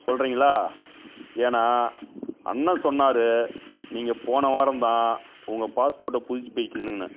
சொல்கிறீங்களா ஏன்னால் அண்ணன் சொன்னார் நீங்கள் போன வாரம்தான் உங்கள் பாஸ்போர்ட்டை புதுப்பிக்கணும்னு